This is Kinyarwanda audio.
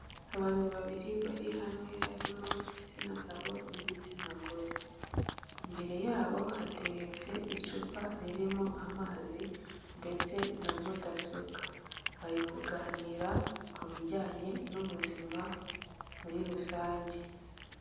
Abantu babiri bari hamwe harimo igitsina gabo n'igitsina gore, imbere yabo hateretse icupa ririmo amazi ndetse na mudasobwa bari kuganira ku bijyanye n'ubuzima muri rusange.